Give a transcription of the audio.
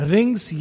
Rings